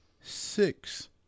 six